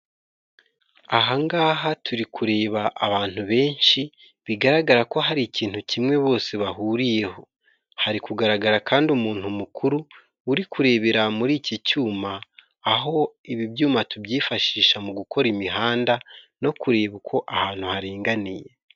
Ahangaha turi kureba abantu benshi bigaragara ko hari ikintu kimwe bose bahuriyeho. Hari kugaragara kandi umuntu mukuru uri kurebera muri iki cyuma aho ibi byuma tubyifashisha mu gukora imihanda no kureba uko ahantu haringaniye.